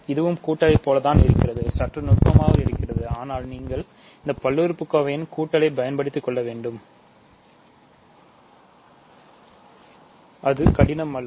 இதுவும் கூட்டலை போலத்தான் இருக்கிறது சற்று நுட்பமாக இருக்கிக்கிறது ஆனால் நீங்கள்இந்தப் பல்லுறுப்புக்கோவை கூட்டலை பயன்படுத்திக் கொள்ள வேண்டும் அது கடினம் அல்ல